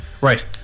right